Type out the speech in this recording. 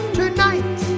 tonight